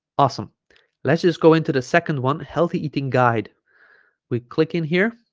awesome let's just go into the second one healthy eating guide we click in here